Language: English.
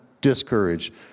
discouraged